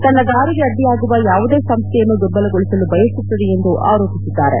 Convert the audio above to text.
ತನ್ನ ದಾರಿಗೆ ಅಡ್ಡಿಯಾಗುವ ಯಾವುದೇ ಸಂಸ್ಥೆಯನ್ನು ದುರ್ಬಲಗೊಳಿಸಲು ಬಯಸುತ್ತದೆ ಎಂದು ಆರೋಪಿಸಿದ್ದಾರೆ